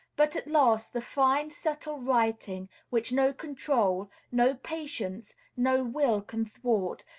but at last the fine, subtle writing, which no control, no patience, no will can thwart,